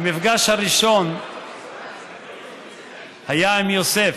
המפגש הראשון היה עם יוסף.